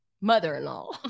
mother-in-law